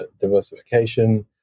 diversification